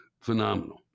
Phenomenal